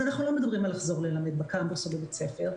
אנחנו לא מדברים על לחזור ללמד בקמפוס או בבית ספר,